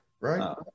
right